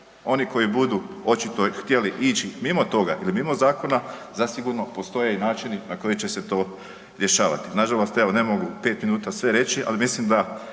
Oni koji budu očito htjeli ići mimo toga ili mimo Zakona, zasigurno postoje i načini na koje će se to rješavati. Nažalost evo ne mogu u 5 minuta sve reći, ali mislim da